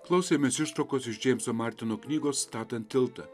klausėmės ištraukos iš džeimso martino knygos statant tiltą